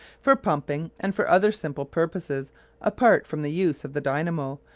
for pumping, and for other simple purposes apart from the use of the dynamo,